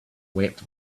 wept